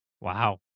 Wow